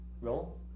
Roll